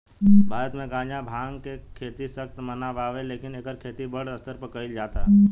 भारत मे गांजा, भांग के खेती सख्त मना बावे लेकिन एकर खेती बड़ स्तर पर कइल जाता